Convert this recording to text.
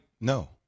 no